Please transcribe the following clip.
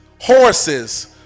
horses